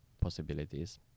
possibilities